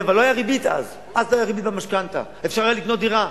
אז לא היתה ריבית על המשכנתה ואפשר היה לקנות דירה.